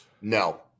No